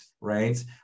right